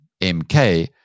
MK